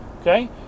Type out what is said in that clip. Okay